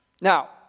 Now